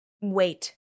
wait